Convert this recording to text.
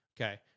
Okay